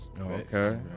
Okay